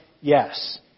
yes